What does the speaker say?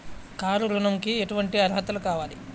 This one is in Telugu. కారు ఋణంకి ఎటువంటి అర్హతలు కావాలి?